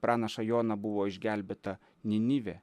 pranašą joną buvo išgelbėta ninivė